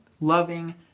loving